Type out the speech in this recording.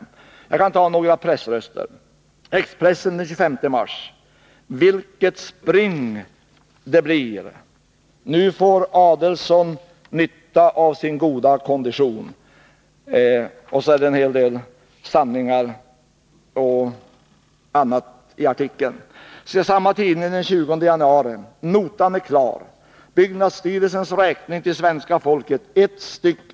Jag kan återge några pressröster. Expressen skrev den 25 mars: ”Vilket spring det blir i ”nya” kanslihuset. Nu får Adelsohn nytta av sin goda kondition.” Det finns även en hel del andra sanningar i artikeln. Samma tidning skrev den 20 januari: ”Notan är klar. Byggnadsstyrelsens räkning till svenska folket: 1 st.